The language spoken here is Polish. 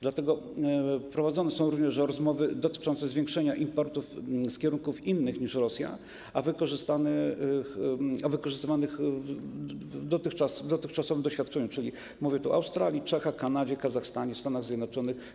Dlatego prowadzone są również rozmowy dotyczące zwiększenia importów z kierunków innych niż Rosja, a wykorzystywanych w dotychczasowym doświadczeniu, czyli mówię tu o: Australii, Czechach, Kanadzie, Kazachstanie, Stanach Zjednoczonych.